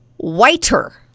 whiter